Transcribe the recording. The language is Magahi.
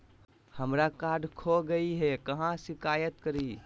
हमरा कार्ड खो गई है, कहाँ शिकायत करी?